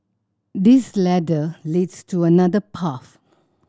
this ladder leads to another path